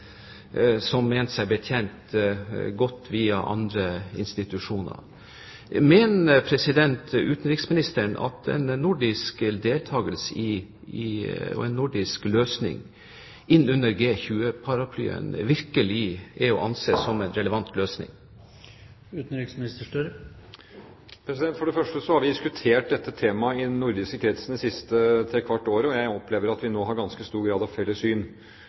Mener utenriksministeren at en nordisk deltakelse, og en nordisk løsning, under G-20-paraplyen virkelig er å anse som en relevant løsning? For det første har vi diskutert dette temaet i den nordiske kretsen det siste trekvart året, og jeg opplever at vi nå har ganske stor grad av felles syn.